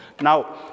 Now